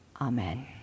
Amen